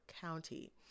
County